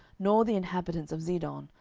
nor the inhabitants of zidon,